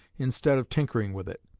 instead of tinkering with it.